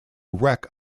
wreck